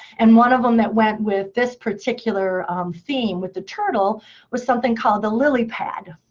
and one of them that went with this particular theme with the turtle was something called the lily pad.